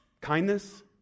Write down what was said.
Kindness